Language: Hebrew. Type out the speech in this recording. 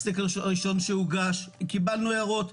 לסקר הראשון שהוגש, קיבלנו הערות.